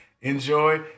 enjoy